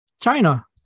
China